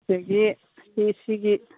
ꯑꯗꯒꯤ ꯁꯤ ꯁꯤꯒꯤ